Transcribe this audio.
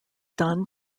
done